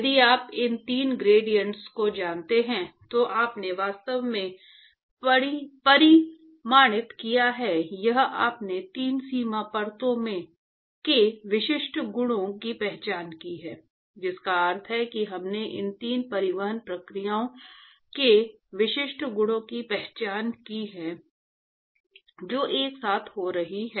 यदि आप इन तीन ग्रेडिएंट्स को जानते हैं तो आपने वास्तव में परिमाणित किया है या आपने 3 सीमा परतों के विशिष्ट गुणों की पहचान की है जिसका अर्थ है कि हमने इन तीन परिवहन प्रक्रियाओं के विशिष्ट गुणों की पहचान की है जो एक साथ हो रही हैं